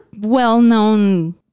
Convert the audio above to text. well-known